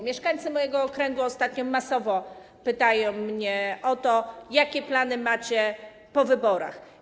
Mieszkańcy mojego okręgu ostatnio masowo pytają mnie o to, jakie macie plany na okres po wyborach.